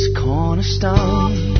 cornerstone